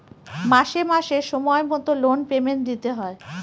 মাসে মাসে সময় মতো লোন পেমেন্ট দিতে হয়